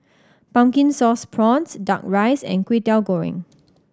Pumpkin Sauce Prawns Duck Rice and Kway Teow Goreng